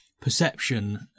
perception